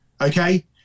Okay